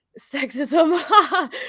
sexism